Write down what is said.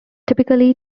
typically